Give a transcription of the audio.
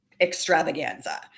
extravaganza